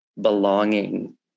belonging